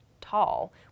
tall